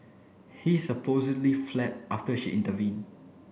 he supposedly fled after she intervened